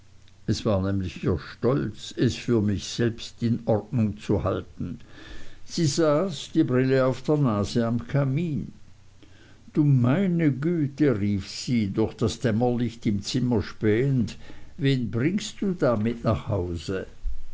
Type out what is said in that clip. es war nämlich ihr stolz es für mich stets selbst in ordnung zu halten sie saß die brille auf der nase am kamin du meine güte rief sie durch das dämmerlicht im zimmer spähend wen bringst du da mit nach hause